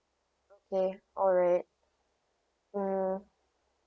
okay alright mm